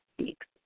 speaks